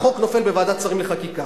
החוק נופל בוועדת שרים לחקיקה.